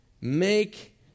Make